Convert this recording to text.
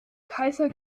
kaiser